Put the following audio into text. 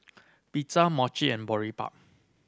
Pizza Mochi and Boribap